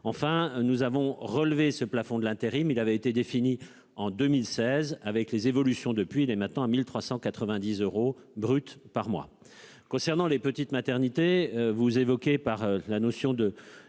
Enfin nous avons relever ce plafond de l'intérim. Il avait été défini en 2016 avec les évolutions depuis est maintenant à 1390 euros brut par mois. Concernant les petites maternités, vous évoquez par la notion de